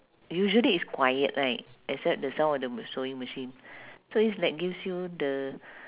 usually it's quiet right except the sound of the ma~ sewing machine so it's like gives you the